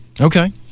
Okay